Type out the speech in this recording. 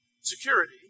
security